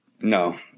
no